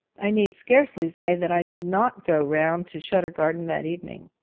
i need scarcely say that i did not go round to shuturgarden that evening.